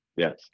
Yes